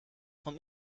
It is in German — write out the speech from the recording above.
vom